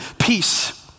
Peace